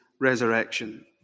resurrection